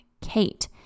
Kate